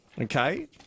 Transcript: okay